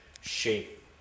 shape